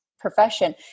profession